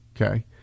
Okay